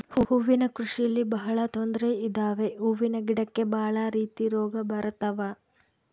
ಹೂವಿನ ಕೃಷಿಯಲ್ಲಿ ಬಹಳ ತೊಂದ್ರೆ ಇದಾವೆ ಹೂವಿನ ಗಿಡಕ್ಕೆ ಭಾಳ ರೀತಿ ರೋಗ ಬರತವ